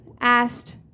asked